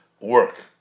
work